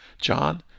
John